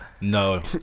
No